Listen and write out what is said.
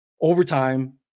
overtime